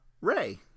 Ray